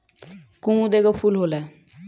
कुमुद एगो फूल होला